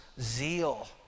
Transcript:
zeal